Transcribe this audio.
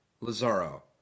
Lazaro